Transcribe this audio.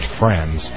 friends